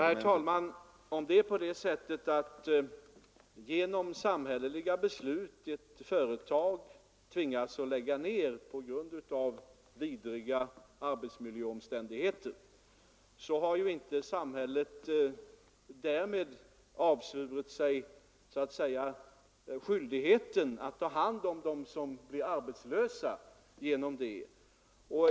Herr talman! Om ett företag genom samhälleliga beslut tvingas lägga ner på grund av vidriga arbetsmiljöomständigheter, så har ju inte samhället därmed avsvurit sig skyldigheten att ta hand om dem som blir arbetslösa.